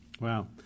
Wow